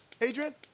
Adrian